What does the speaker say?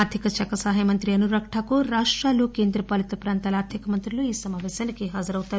ఆర్థిక శాఖ సహాయ మం త్రి అనురాగ్ ఠాకూర్ రాష్టాలు కేంద్ర పాలిత ప్రాంతాల ఆర్గిక మంత్రులు ఈ సమాపేశానికి హాజరవుతారు